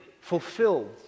fulfilled